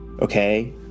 Okay